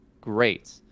great